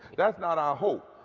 that's not our hope.